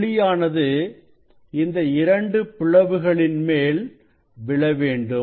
ஒளியானது இந்த இரண்டு பிளவுகளின் மேல் விழ வேண்டும்